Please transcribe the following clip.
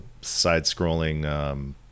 side-scrolling